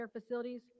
facilities